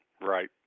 right